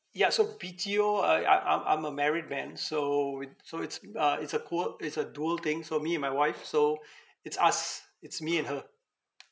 ya so B_T_O uh I I'm I'm a married man so wit~ so it's uh it's a que~ it's a dual thing so me and my wife so it's us it's me and her